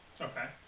Okay